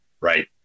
right